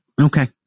okay